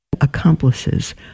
accomplices